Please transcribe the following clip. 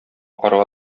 карга